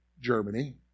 Germany